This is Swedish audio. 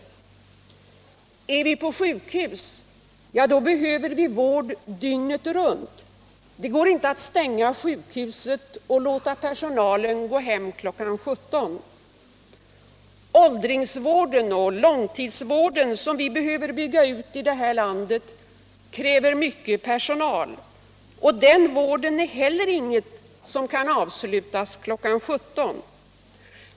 Är vi på sjukhus, då behöver vi vård dygnet runt — det går inte att stänga sjukhuset och låta personalen fara hem klockan 17. Åldringsvården och långtidsvården, som behöver byggas ut, kräver mycket personal, och den vården är heller inget som kan avslutas klockan 17.